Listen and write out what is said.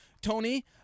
Tony